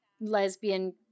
lesbian